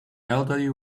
elderly